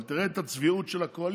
אבל תראה את הצביעות של הקואליציה.